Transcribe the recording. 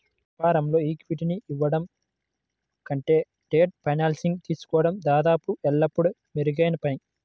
వ్యాపారంలో ఈక్విటీని ఇవ్వడం కంటే డెట్ ఫైనాన్సింగ్ తీసుకోవడం దాదాపు ఎల్లప్పుడూ మెరుగైన పని